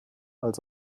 als